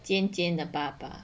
渐渐的爸爸